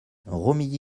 romilly